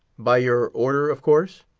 by your order, of course?